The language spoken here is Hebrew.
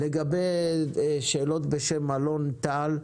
לגבי שאלות בשם חבר הכנסת אלון טל,